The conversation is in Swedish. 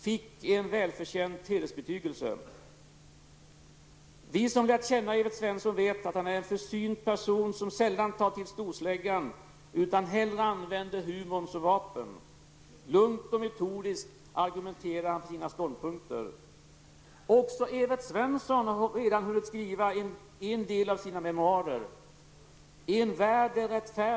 Han är respekterad och omtyckt för sitt stora kunnande och för sitt lugna och balanserade uppträdande. Olle Östrand tillhör skaran av våra kompetenta trafikpolitiker. Hans intresse och verksamhetsområden i riksdagen är just trafikpolitiken och regionalpolitiken.